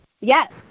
Yes